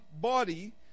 body